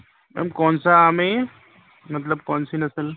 میم کون سا آم ہے یہ مطلب کون سی نسل